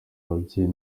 ababyeyi